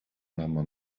number